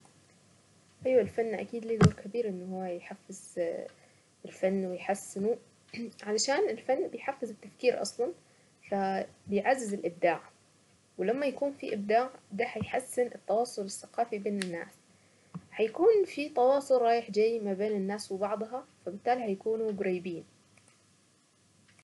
ايوا الفن اكيد له دور كبير انه هو يحفز الفن ويحسنه علشان الفن بيحفز التفكير اصلا فبيعزز الابداع ولما يكون في ابداع ده هيحسن التواصل الثقافي بين الناس هيكون في تواصل رايح جاي ما بين الناس وبعضها فبالتالي هيكونوا قريبين.